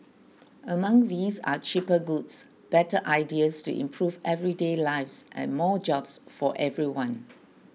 among these are cheaper goods better ideas to improve everyday lives and more jobs for everyone